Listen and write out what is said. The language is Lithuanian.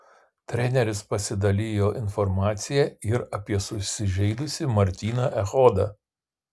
treneris pasidalijo informacija ir apie susižeidusį martyną echodą